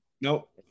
Nope